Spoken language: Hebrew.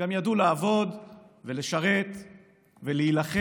גם ידעו לעבוד ולשרת ולהילחם,